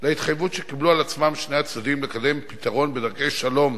להתחייבות שקיבלו על עצמם שני הצדדים לקדם פתרון בדרכי שלום